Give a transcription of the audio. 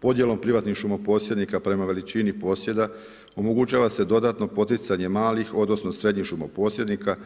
Podjelom privatnih šumo posjednika prema veličini posjeda omogućava se dodatno poticanje malih, odnosno srednjih šumo posjednika,